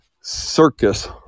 circus